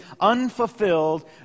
unfulfilled